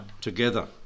together